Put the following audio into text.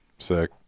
sick